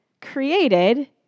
created